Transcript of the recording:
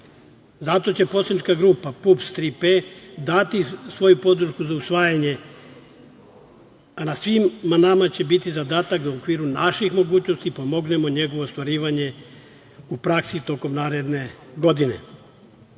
će poslanička grupa PUPS – „Tri P“ dati svoju podršku za usvajanje, a na svima nama će biti zadatak da u okviru naših mogućnosti pomognemo njegovo ostvarivanje u praksi tokom naredne